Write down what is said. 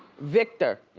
victor,